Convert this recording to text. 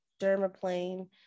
dermaplane